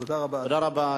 תודה רבה,